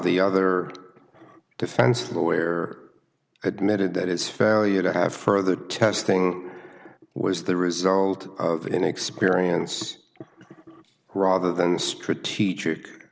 the other defense lawyer admitted that his failure to have further testing was the result of inexperience rather than strategic